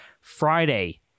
Friday